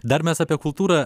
dar mes apie kultūrą